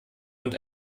und